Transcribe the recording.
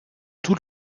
tout